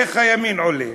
איך הימין עולה?